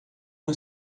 uma